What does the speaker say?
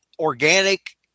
Organic